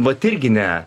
vat irgi ne